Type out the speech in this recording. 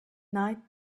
night